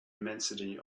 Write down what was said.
immensity